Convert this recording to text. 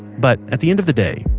but at the end of the day,